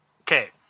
Okay